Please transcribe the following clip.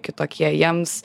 kitokie jiems